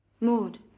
Maud